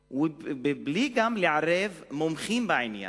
בלי דיון מעמיק וגם בלי לערב מומחים בעניין.